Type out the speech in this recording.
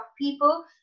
people